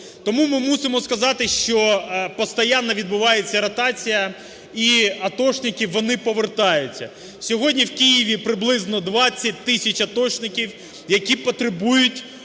Тому ми мусимо сказати, що постійно відбувається ротація, і атошники, вони повертаються. Сьогодні в Києві приблизно 20 тисяч атошників, які потребують